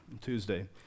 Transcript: Tuesday